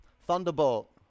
Thunderbolt